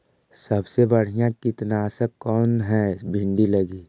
सबसे बढ़िया कित्नासक कौन है भिन्डी लगी?